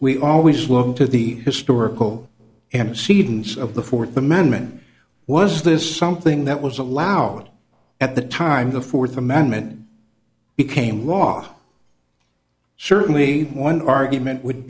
we always look to the historical and seedings of the fourth amendment was this something that was allowed at the time the fourth amendment became law certainly one argument would